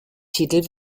titel